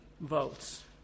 votes